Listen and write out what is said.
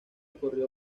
corrió